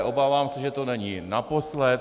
Obávám se, že to není naposledy.